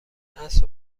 است